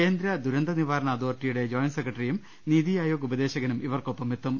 കേന്ദ്ര ദുരന്തനിവാരണ അതോറിറ്റിയുടെ ജോയിന്റ് സെക്രട്ടറിയും നീതി ആ യോഗ് ഉപ ദേ ശ കനും ഇവർക്കൊപ്പം എത്തും